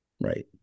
Right